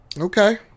Okay